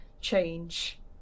change